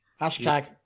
Hashtag